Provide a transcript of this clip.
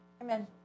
Amen